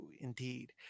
Indeed